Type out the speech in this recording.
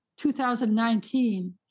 2019